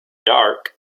dark